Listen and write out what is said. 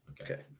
Okay